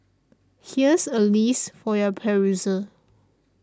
here's a list for your perusal